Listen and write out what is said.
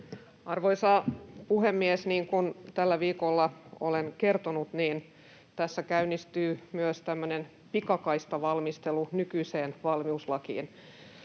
Arvoisa puhemies! Niin kuin tällä viikolla olen kertonut, tässä käynnistyy myös tämmöinen pikakaistavalmistelu nykyiseen valmiuslakiin.